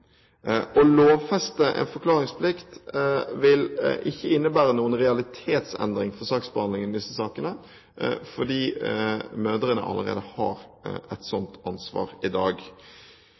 Å lovfeste en forklaringsplikt vil ikke innebære noen realitetsendring for saksbehandlingen i disse sakene, fordi mødrene allerede har et slikt ansvar i dag.